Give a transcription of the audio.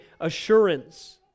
assurance